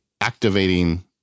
activating